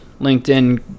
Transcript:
linkedin